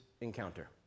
encounter